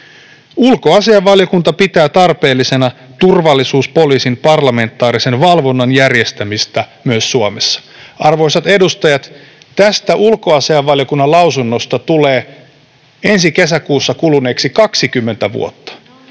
Ulkoasiainvaliokunta pitää tarpeellisena turvallisuuspoliisin parlamentaarisen valvonnan järjestämistä myös Suomessa.” Arvoisat edustajat, tästä ulkoasiainvaliokunnan lausunnosta tulee ensi kesäkuussa kuluneeksi 20 vuotta.